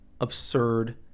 absurd